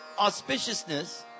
auspiciousness